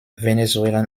venezuelan